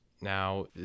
now